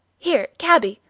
here, cabby!